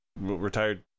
Retired